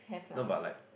no but like